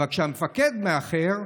אבל כשהמפקד מאחר,